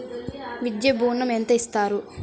విద్యా ఋణం ఎంత ఇస్తారు?